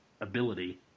ability